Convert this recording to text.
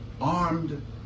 armed